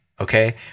Okay